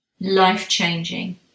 life-changing